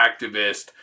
activist